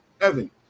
Evan